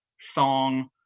song